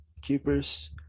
keepers